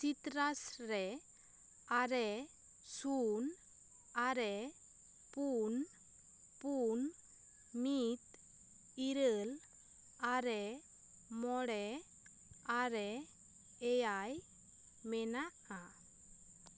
ᱥᱤᱛᱨᱟᱥ ᱨᱮ ᱟᱨᱮ ᱥᱩᱱ ᱟᱨᱮ ᱯᱩᱱ ᱯᱩᱱ ᱢᱤᱫ ᱤᱨᱟᱹᱞ ᱟᱨᱮ ᱢᱚᱬᱮ ᱟᱨᱮ ᱮᱭᱟᱭ ᱢᱮᱱᱟᱜᱼᱟ